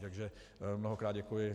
Takže mnohokrát děkuji.